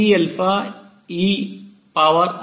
x summation योग है